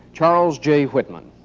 charles j whitman,